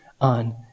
on